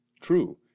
True